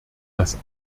das